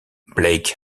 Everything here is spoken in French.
blake